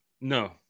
no